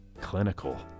clinical